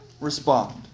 respond